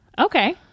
okay